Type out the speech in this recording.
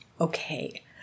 Okay